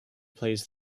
plays